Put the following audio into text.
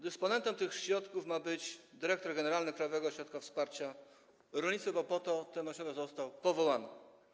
Dysponentem tych środków ma być dyrektor generalny Krajowego Ośrodka Wsparcia Rolnictwa, bo po to ten ośrodek został powołany.